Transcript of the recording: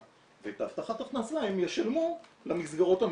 ואת ההבטחת הכנסה הם ישלמו למסגרות המטפלות.